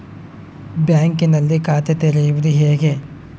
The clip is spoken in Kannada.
ಬ್ಯಾಂಕಿನಲ್ಲಿ ಖಾತೆ ತೆರೆಯುವುದು ಹೇಗೆ?